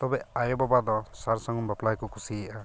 ᱛᱚᱵᱮ ᱟᱭᱳᱼᱵᱟᱵᱟ ᱫᱚ ᱥᱟᱨᱥᱟᱹᱜᱩᱱ ᱵᱟᱯᱞᱟᱜᱮ ᱠᱚ ᱠᱩᱥᱤᱭᱟᱜᱼᱟ